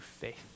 faith